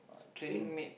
same